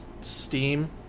Steam